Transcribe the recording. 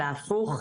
אלא הפוך,